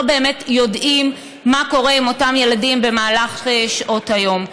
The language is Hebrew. באמת יודעים מה קורה עם אותם ילדים במהלך שעות היום.